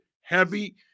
heavy